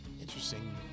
Interesting